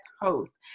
host